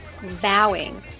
vowing